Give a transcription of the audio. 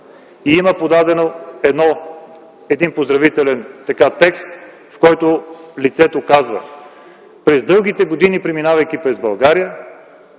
една жалба и един поздравителен текст. В него лицето казва: „През дългите години, преминавайки през България,